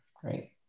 great